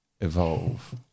evolve